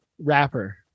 Rapper